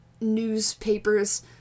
newspapers